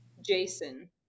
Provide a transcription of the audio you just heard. Jason